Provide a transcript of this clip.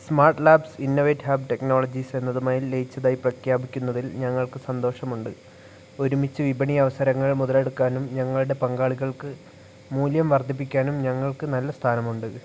smart labs innovate hub technologies എന്നതുമായി ലയിച്ചതായി പ്രഖ്യാപിക്കുന്നതിൽ ഞങ്ങൾക്ക് സന്തോഷമുണ്ട് ഒരുമിച്ചു വിപണി അവസരങ്ങൾ മുതലെടുക്കാനും ഞങ്ങളുടെ പങ്കാളികൾക്ക് മൂല്യം വർദ്ധിപ്പിക്കാനും ഞങ്ങൾക്ക് നല്ല സ്ഥാനമുണ്ട്